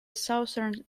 southern